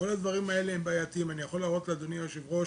כבר דיברנו איתם, הם היו פה בישיבה הקודמת.